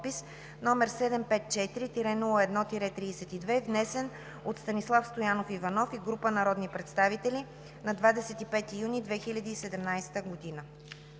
№ 754-01-32, внесен от Станислав Стоянов Иванов и група народни представители на 25 юни 2017 г.“